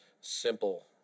simple